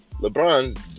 LeBron